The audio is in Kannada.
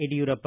ಯಡಿಯೂರಪ್ಪ